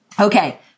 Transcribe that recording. Okay